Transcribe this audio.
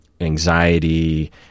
anxiety